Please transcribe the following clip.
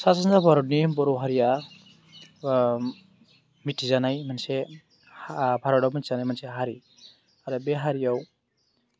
सा सानजा भारतनि बर' हारिआ मिथिजानाय मोनसे भारतआव मिथिजानाय मोनसे हारि आरो बे हारियाव